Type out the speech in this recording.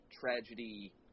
tragedy